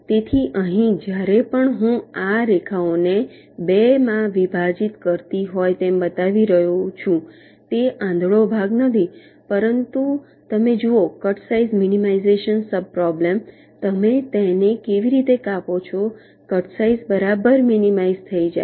તેથી અહીં જ્યારે પણ હું આ રેખાઓને 2 માં વિભાજીત કરતી હોય તેમ બતાવી રહ્યો છું તે આંધળો ભાગ નથી પરંતુ તમે જુઓ cut size minimization sub problem તમે તેને એવી રીતે કાપો કે કટસાઈઝ બરાબર મિનિમાઈઝ થઈ જાય